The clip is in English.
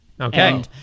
Okay